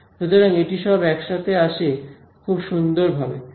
সুতরাং এটি সব একসাথে আসে খুব সুন্দরভাবে